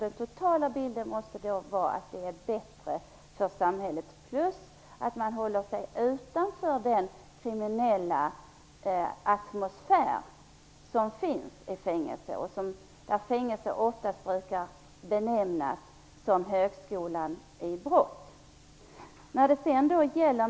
Den totala bilden måste då bli att samhällstjänst är bättre för samhället. Dessutom håller sig de dömda personerna utanför den kriminella atmosfär som finns på fängelserna. Fängelse brukar oftast benämnas som högskolan i brott.